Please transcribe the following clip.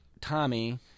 Tommy